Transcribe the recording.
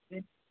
जी